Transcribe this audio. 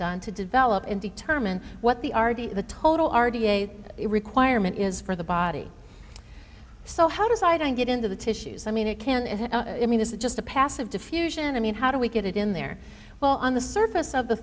done to develop and determine what the r t the total r t a it requirement is for the body so how does i get into the tissues i mean it can and i mean this is just a passive diffusion i mean how do we get it in there well on the surface of the